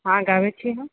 हँ गाबैत छी हम